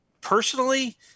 personally